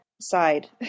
side